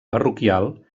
parroquial